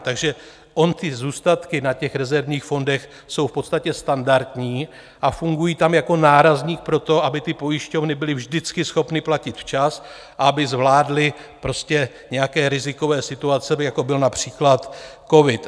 Takže ony ty zůstatky na těch rezervních fondech jsou v podstatě standardní a fungují tam jako nárazník proto, aby ty pojišťovny byly vždycky schopny platit včas a aby zvládly nějaké rizikové situace, jako byl například covid.